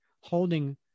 holding